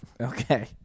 Okay